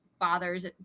bothers